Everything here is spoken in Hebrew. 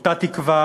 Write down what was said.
אותה תקווה